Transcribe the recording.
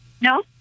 No